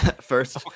first